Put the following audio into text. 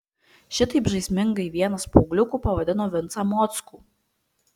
šitaip žaismingai vienas paaugliukų pavadino vincą mockų